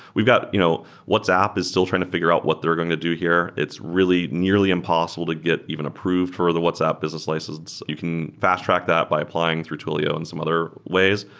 we've got you know whatsapp is still trying to figure out what they're going to do here. it's really nearly impossible to get even approved for the whatsapp business license. you can fast-track that by applying through twilio and some other ways.